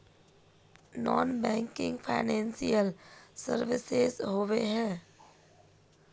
Non banking financial services होबे है?